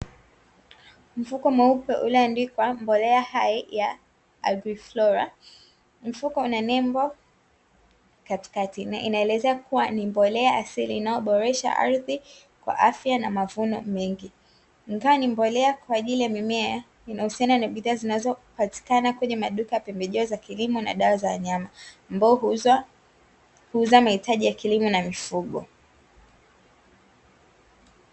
Mfuko mweupe ulioandikwa mbolea hai ya "AgriFlora". Mfuko una nembo katikati na inaelezea kuwa ni mbolea asili inayoboresha ardhi kwa afya na mavuno mengi. Ingawa ni mbolea kwa ajili ya mimea inayohusiana na bidhaa zinazopatikana kwenye maduka ya pembejeo za kilimo na dawa za wanayama ambayo huuza mahitaji ya kilimo na mifugo.